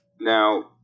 Now